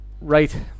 Right